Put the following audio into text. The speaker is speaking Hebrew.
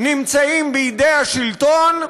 נמצאים בידי השלטון,